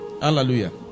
Hallelujah